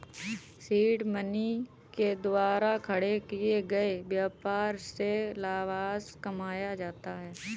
seed money के द्वारा खड़े किए गए व्यापार से लाभांश कमाया जाता है